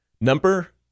Number